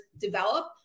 develop